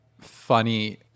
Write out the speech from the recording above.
Funny